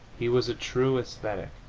he was a true ascetic.